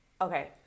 Okay